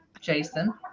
Jason